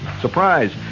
Surprise